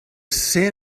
san